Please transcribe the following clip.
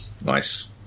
nice